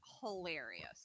hilarious